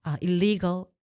illegal